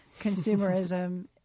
consumerism